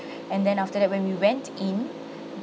and then after that when we went in